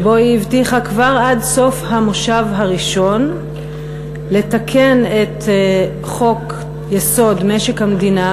שבו היא הבטיחה כבר עד סוף המושב הראשון לתקן את חוק-יסוד: משק המדינה